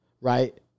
Right